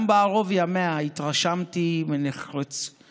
גם בערוב ימיה התרשמתי מנחרצותה,